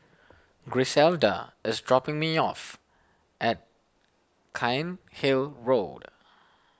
Griselda is dropping me off at Cairnhill Road